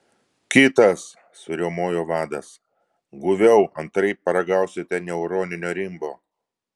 kitas suriaumojo vadas guviau antraip paragausite neuroninio rimbo